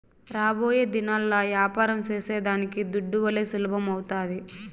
రాబోయేదినాల్ల యాపారం సేసేదానికి దుడ్డువల్లే సులభమౌతాది